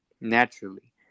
naturally